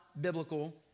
biblical